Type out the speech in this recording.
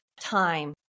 time